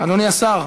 אדוני השר.